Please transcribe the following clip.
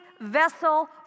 vessel